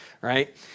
right